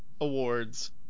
awards